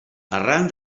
arran